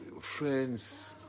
Friends